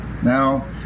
Now